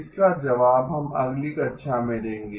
इसका जवाब हम अगली कक्षा में देंगे